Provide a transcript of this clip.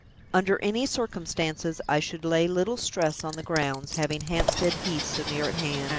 under any circumstances, i should lay little stress on the grounds, having hampstead heath so near at hand,